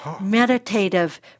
meditative